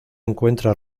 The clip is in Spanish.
encuentra